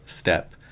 step